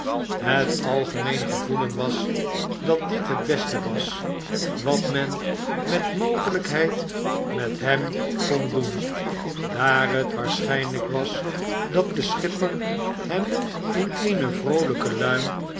het algemeen gevoelen was dat dit het beste was wat men met mogelijkheid met hem kon doen daar t waarschijnlijk was dat de schipper hem in eene vroolijke luim